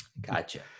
Gotcha